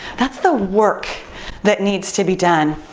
that's the work that needs to be done.